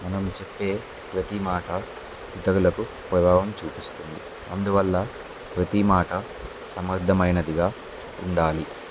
మనం చెప్పే ప్రతి మాట ఇతరులకు ప్రభావం చూపిస్తుంది అందువల్ల ప్రతి మాట అర్థవంతమైనదిగా ఉండాలి